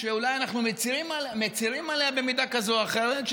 שאולי אנחנו מצירים עליה במידה כזאת או אחרת,